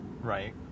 right